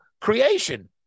creation